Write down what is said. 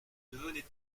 devenait